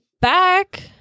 back